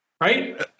right